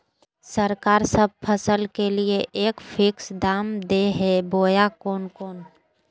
सरकार सब फसल के लिए एक फिक्स दाम दे है बोया कोनो कोनो?